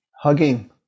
Hugging